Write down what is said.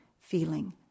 feeling